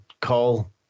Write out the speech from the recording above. call